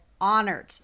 Honored